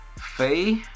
Faye